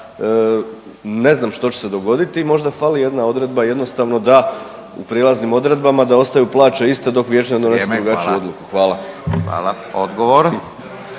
ne znam što će se dogoditi, možda fali jedna odredba jednostavno da u prijelaznim odredbama da ostaju plaće iste dok vijeće ne donese .../Upadica: Vrijeme. Hvala. /... drugačiju